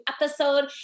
episode